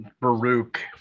Baruch